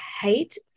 hate